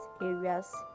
areas